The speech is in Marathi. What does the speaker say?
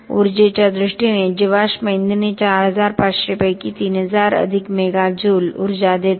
उर्जेच्या दृष्टीने जीवाश्म इंधने 4500 पैकी 3000 अधिक मेगा जूल ऊर्जा देतात